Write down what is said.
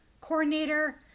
coordinator